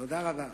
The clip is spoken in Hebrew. תודה רבה.